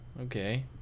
Okay